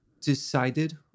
decided